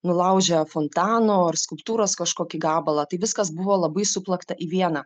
nulaužė fontano ar skulptūros kažkokį gabalą tai viskas buvo labai suplakta į vieną